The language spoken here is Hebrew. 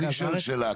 אני שואל שאלה.